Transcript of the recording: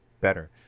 better